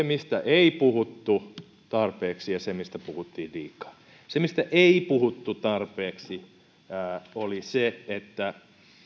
mistä ei puhuttu tarpeeksi ja siihen mistä puhuttiin liikaa se mistä ei puhuttu tarpeeksi oli se että